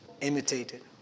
imitated